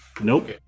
Nope